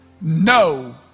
no